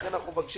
לכן אנחנו מבקשים.